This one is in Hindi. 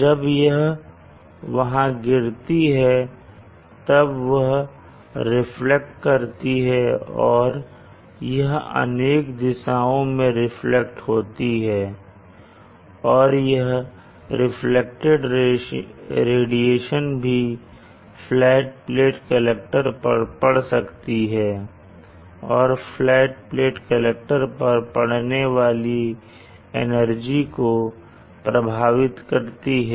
जब यह वहां गिरती है तब वह रिफ्लेक्ट करती है और यह अनेक दिशाओं में रिफ्लेक्ट होती है और यह रिफ्लेक्टेड रेडिएशन भी फ्लैट प्लेट कलेक्टर पर पड सकती हैं और फ्लैट प्लेट कलेक्टर पर पडने वाली एनर्जी को प्रभावित करती हैं